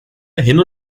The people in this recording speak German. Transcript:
hin